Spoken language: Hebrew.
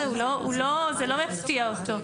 זה לא יפתיע אותו.